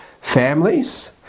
families